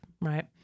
Right